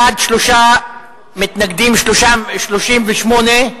בעד, 3, מתנגדים, 38,